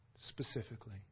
Specifically